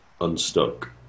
unstuck